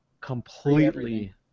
completely